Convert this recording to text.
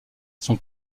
son